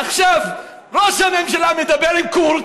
עכשיו ראש הממשלה מדבר עם קורץ,